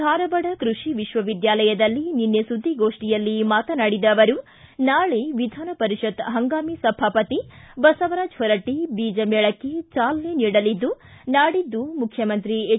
ಧಾರವಾಡ ಕೃಷಿ ವಿಶ್ವವಿದ್ದಾಲಯದಲ್ಲಿ ನಿನ್ನೆ ಸುದ್ದಿಗೋಷ್ಠಿಯಲ್ಲಿ ಮಾತನಾಡಿದ ಅವರು ನಾಳೆ ವಿಧಾನ ಪರಿಷತ್ ಹಂಗಾಮಿ ಸಭಾಪತಿ ಬಸವರಾಜ ಹೊರಟ್ಟ ಬೀಜಮೇಳಕ್ಕೆ ಚಾಲನೆ ನೀಡಲಿದ್ದು ನಾಡಿದ್ದು ಮುಖ್ಯಮಂತ್ರಿಗಳಾದ ಹೆಚ್